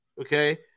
okay